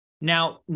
Now